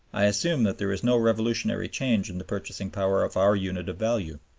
i assume that there is no revolutionary change in the purchasing power of our unit of value.